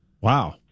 Wow